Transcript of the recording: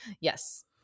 yes